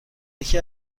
یکی